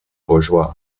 bourgeois